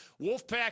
Wolfpack